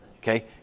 okay